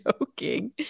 joking